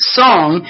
song